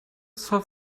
solve